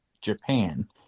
Japan